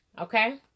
Okay